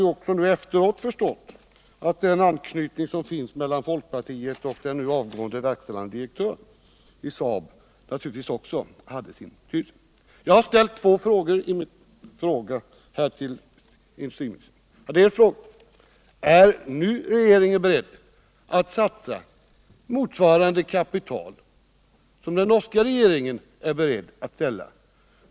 Jag har efteråt förstått att den anknytning som finns mellan folkpartiet och den nu avgående verkställande direktören i Saab naturligtvis hade sin betydelse. Jag har ställt två frågor till industriministern. Jag frågade om regeringen nu är beredd att satsa ett kapital motsvarande vad den norska regeringen är beredd att satsa.